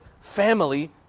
family